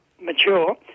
mature